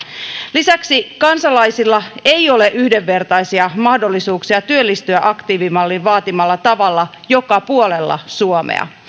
lisäksi kansalaisilla ei ole yhdenvertaisia mahdollisuuksia työllistyä aktiivimallin vaatimalla tavalla joka puolella suomea